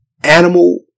animal